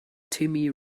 timmy